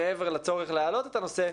מעבר לצורך להעלות את הנושא,